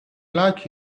luck